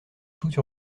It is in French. toute